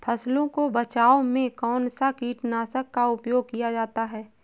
फसलों के बचाव में कौनसा कीटनाशक का उपयोग किया जाता है?